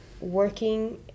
working